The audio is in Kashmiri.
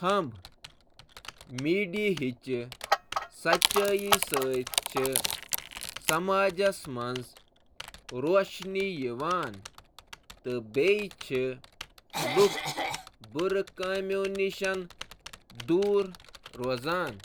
کٲم کران۔ تمن وراۓ زندگی ہیکو یکسر سمجِتھ تہٕ معنیچ کمی چِھ۔